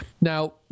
Now